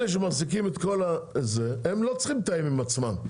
אלה שמחזיקים את זה הם לא צריכים לתאם עם עצמם,